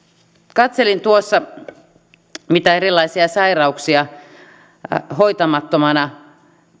katselin tuossa mitä erilaisia sairauksia hoitamattomana